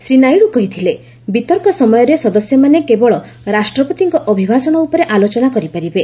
ଶ୍ରୀ ନାଇଡୁ କହିଥିଲେ ବିତର୍କ ସମୟରେ ସଦସ୍ୟମାନେ କେବଳ ରାଷ୍ଟ୍ରପତିଙ୍କ ଅଭିଭାଷଣ ଉପରେ ଆଲୋଚନା କରିପାରିବେ